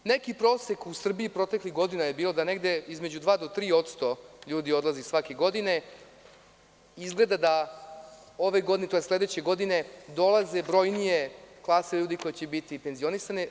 Neki prosek u Srbiji proteklih godina je bilo da negde između 2% do 3% ljudi odlazi svake godine, izgleda da ove godine, odnosno sledeće godine dolaze brojnije klase ljudi koje će biti penzionisane.